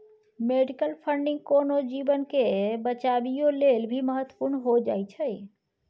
medical funding कोनो जीवन के बचाबइयो लेल भी महत्वपूर्ण हो जाइ छइ